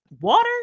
Water